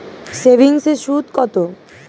সেভিংসে সুদ কত?